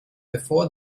before